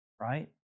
right